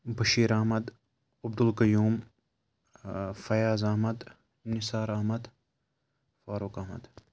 Bashir Ahmad Abdul Qayoom Fayaz Ahmad Nisar Ahmad Farooq Ahmad